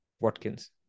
Watkins